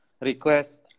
request